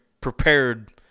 prepared